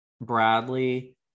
Bradley